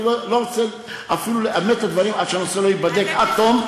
אני לא רוצה אפילו לאמת את הדברים עד שהנושא לא ייבדק עד תום.